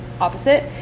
opposite